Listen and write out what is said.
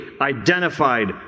identified